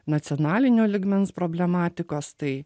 nacionalinio lygmens problematikos tai